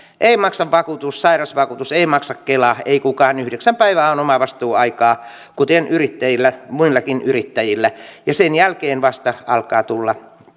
ei maksa vakuutus sairausvakuutus ei maksa kela ei kukaan yhdeksän päivää on omavastuuaikaa kuten muillakin yrittäjillä ja sen jälkeen vasta alkavat tulla